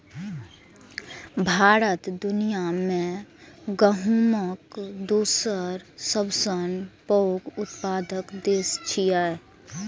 भारत दुनिया मे गहूमक दोसर सबसं पैघ उत्पादक देश छियै